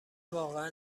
واقعا